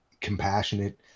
compassionate